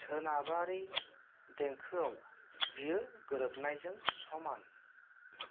सोनाबारि देंखोआव बियो गोरोबनायजों समान